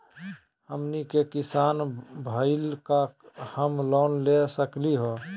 हमनी के किसान भईल, का हम लोन ले सकली हो?